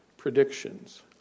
predictions